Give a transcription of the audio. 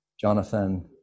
Jonathan